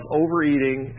overeating